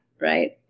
right